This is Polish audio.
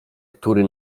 który